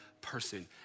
person